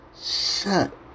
Shut